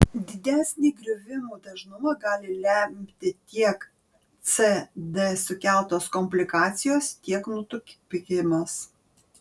didesnį griuvimų dažnumą gali lemti tiek cd sukeltos komplikacijos tiek nutukimas